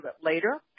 later